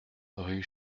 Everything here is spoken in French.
rue